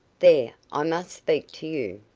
there, i must speak to you.